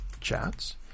chats